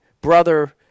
brother